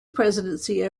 presidency